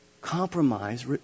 compromise